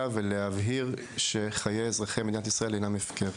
ולהבהיר שחיי אזרחי מדינת ישראל אינם הפקר.